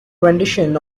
rendition